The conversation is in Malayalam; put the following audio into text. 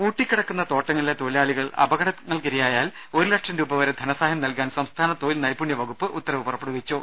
പൂട്ടിക്കിടക്കുന്ന തോട്ടങ്ങളിലെ തൊഴിലാളികൾ അപകട ങ്ങൾക്കിരയായാൽ ഒരു ലക്ഷം രൂപ വരെ ധനസഹായം നൽകാൻ സംസ്ഥാന തൊഴിൽ നൈപുണ്യ വകുപ്പ് ഉത്തരവ് പുറപ്പെടുവിച്ചു